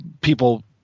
people